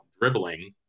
dribbling